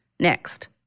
Next